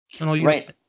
Right